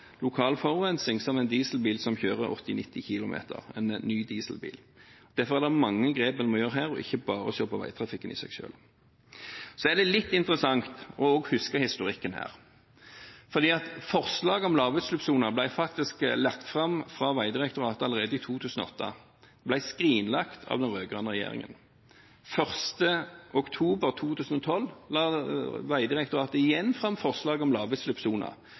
km i timen. Derfor er det mange grep en må ta her, og ikke bare se på veitrafikken i seg selv. Så er det også litt interessant å huske historikken her. Forslaget om lavutslippssoner ble faktisk lagt fram av Vegdirektoratet allerede i 2008 og skrinlagt av den rød-grønne regjeringen. Den 1. oktober 2012 la Vegdirektoratet igjen fram forslag om